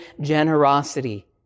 generosity